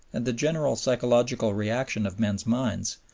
and the general psychological reactions of men's minds,